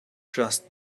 just